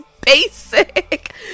basic